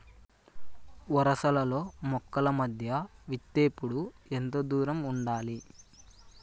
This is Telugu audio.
వరసలలో మొక్కల మధ్య విత్తేప్పుడు ఎంతదూరం ఉండాలి?